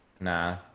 Nah